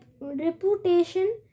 reputation